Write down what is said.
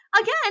again